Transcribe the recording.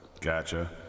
Gotcha